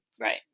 right